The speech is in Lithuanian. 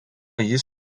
jis